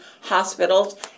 hospitals